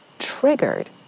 triggered